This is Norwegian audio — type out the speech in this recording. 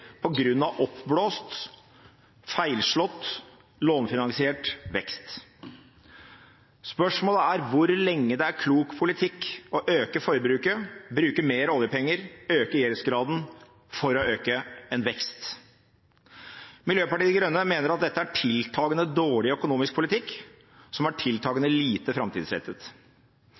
av oppblåst, feilslått, lånefinansiert vekst. Spørsmålet er hvor lenge det er klok politikk å øke forbruket, bruke mer oljepenger og øke gjeldsgraden for å øke en vekst. Miljøpartiet De Grønne mener at dette er tiltakende dårlig økonomisk politikk som er tiltakende lite framtidsrettet.